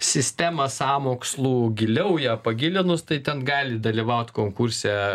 sistemą sąmokslų giliau ją pagilinus tai ten gali dalyvaut konkurse